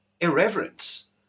irreverence